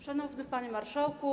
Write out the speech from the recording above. Szanowny Panie Marszałku!